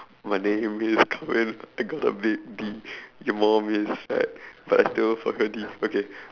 my name is I got a big D your mom is fat but I still fuck her D okay